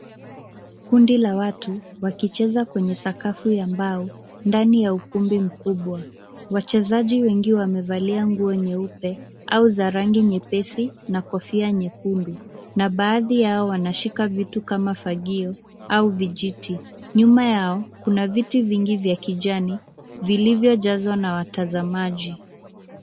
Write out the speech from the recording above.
Kundi la watu wakicheza kwenye sakafu ya mbao ndani ya ukumbi mkubwa. Wachezaji wengi wamevalia nguo nyeupe au za rangi nyepesi na kofia nyekundu na baadhi yao wanashika vitu kama fagio au vijiti. Nyuma yao kuna viti vingi vya kijani vilivyojazwa na watazamaji.